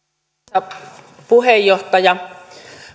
arvoisa puheenjohtaja